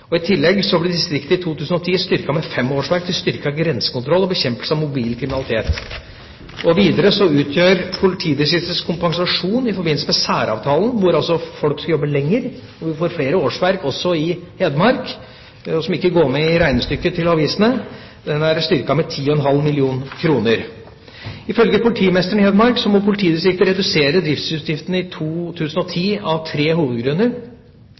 I tillegg ble distriktet i 2010 styrket med fem årsverk til styrket grensekontroll og bekjempelse av mobil kriminalitet. Videre utgjør politidistriktets kompensasjon i forbindelse med særavtalen – folk skal altså jobbe lenger, og vi får flere årsverk også i Hedmark som ikke er med i regnestykket til avisene – 10,5 mill. kr. Ifølge politimesteren i Hedmark må politidistriktet redusere driftsutgiftene i 2010 av tre